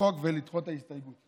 החוק ולדחות את ההסתייגות.